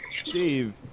Steve